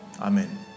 Amen